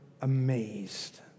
amazed